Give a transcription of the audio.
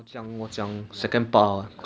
so how should I get phone or should I get com